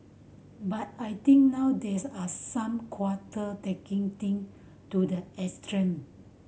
but I think now there's are some quarter taking thing to the extreme